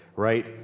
right